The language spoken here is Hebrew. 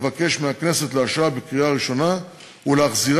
אבקש מהכנסת לאשרה בקריאה ראשונה ולהחזירה